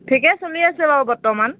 ঠিকে চলি আছোঁ বাৰু বৰ্তমান